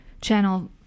channel